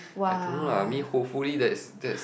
I don't know lah I mean hopefully that's that's